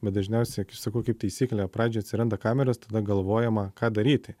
bet dažniausiai kaip sakau kaip taisyklė pradžioj atsiranda kameros tada galvojama ką daryti